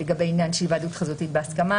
לגבי עניין של היוועדות חזותית בהסכמה